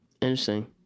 Interesting